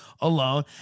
alone